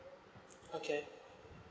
okay